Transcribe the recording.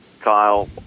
kyle